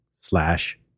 slash